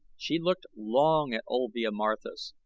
she looked long at olvia marthis,